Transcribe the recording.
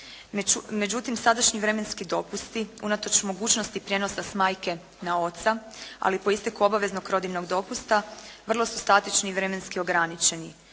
Međutim, sadašnji vremenski dopusti, unatoč mogućnosti s prijenosa s majke na oca, ali po isteku obaveznog rodiljnog dopusta, vrlo su statični i vremenski ograničeni